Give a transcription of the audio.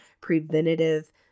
preventative